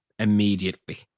immediately